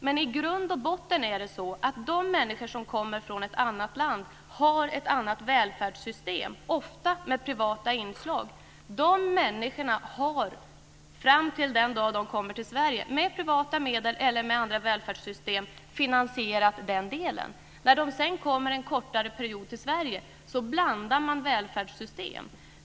Men i grund och botten är det så att de människor som kommer från ett annat land har ett annat välfärdssystem, ofta med privata inslag. Dessa människor har, fram till den dag de kommer till Sverige, finansierat den delen med privata medel eller med andra välfärdssystem. När de sedan vistas en kortare period i Sverige blandar man välfärdssystem.